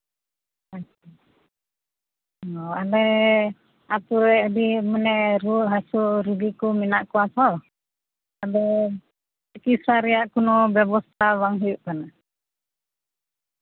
ᱟᱪᱪᱷᱟ ᱚ ᱟᱞᱮ ᱟᱹᱛᱩ ᱨᱮ ᱢᱟᱱᱮ ᱟᱹᱰᱤ ᱢᱟᱱᱮ ᱨᱩᱣᱟᱹ ᱦᱟᱹᱥᱩ ᱨᱩᱜᱤ ᱠᱚ ᱢᱮᱱᱟᱜ ᱠᱚᱣᱟ ᱛᱷᱚ ᱟᱫᱚ ᱪᱤᱠᱤᱛᱥᱟ ᱨᱮᱭᱟᱜ ᱠᱚᱱᱚ ᱵᱮᱵᱚᱥᱛᱟ ᱵᱟᱝ ᱦᱩᱭᱩᱜ ᱠᱟᱱᱟ